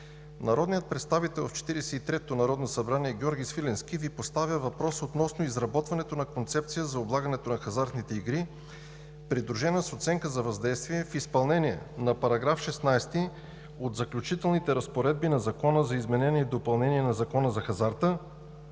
народният представител в Четиридесет и третото народно събрание Георги Свиленски Ви поставя въпрос относно изработването на концепция за облагането на хазартните игри, придружена с оценка за въздействие в изпълнение на § 16 от Заключителните разпоредби на Закона за изменение и допълнение на Закона за хазарта